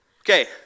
Okay